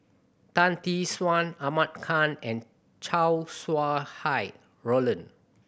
Tan Tee Suan Ahmad Khan and Chow Sau Hai Roland